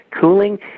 cooling